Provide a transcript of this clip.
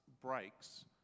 breaks